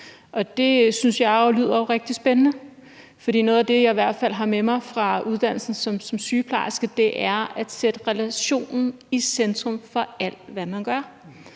rigtig spændende, for noget af det, jeg i hvert fald har med mig fra uddannelsen til sygeplejerske, er at sætte relationen i centrum for alt, hvad man gør,